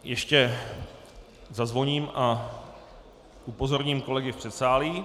Ještě zazvoním a upozorním kolegy v předsálí.